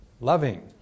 loving